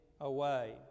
away